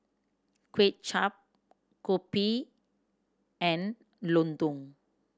Kway Chap kopi and lontong